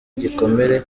igikomere